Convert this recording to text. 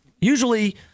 usually